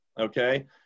okay